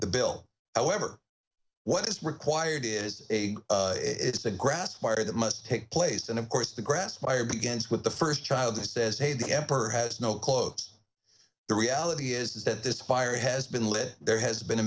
the bill however what is required is a it's a grass fire that must take place and of course the grass fire begins with the first child that says hey the emperor has no clothes the reality is that this fire has been lit there has been a